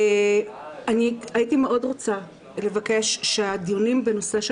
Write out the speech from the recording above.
אני הייתי מאוד רוצה לבקש שהדיונים בנושא של